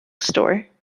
store